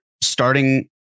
starting